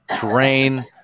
terrain